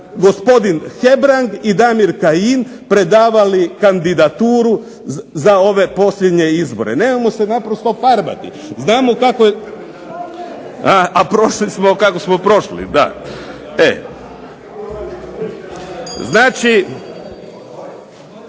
gospodin Hebrang i Damir Kajin predavali kandidaturu za ove posljednje izbore. Nemojmo se naprosto farbati! Znamo kako je, a prošli smo kako smo prošli. Da. Znači,